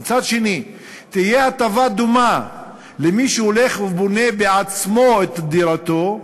ומצד שני תהיה הטבה דומה למי שהולך ובונה בעצמו את דירתו,